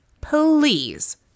please